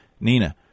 Nina